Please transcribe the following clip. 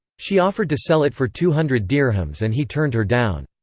she offered to sell it for two hundred dirhams and he turned her down.